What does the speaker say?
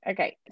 Okay